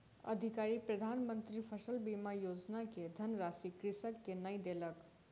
अधिकारी प्रधान मंत्री फसल बीमा योजना के धनराशि कृषक के नै देलक